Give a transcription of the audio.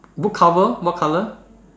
book cover what colour